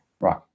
Right